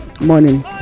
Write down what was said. morning